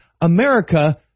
America